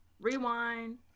rewind